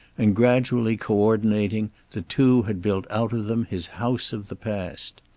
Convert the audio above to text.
and gradually co-ordinating the two had built out of them his house of the past.